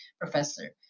professor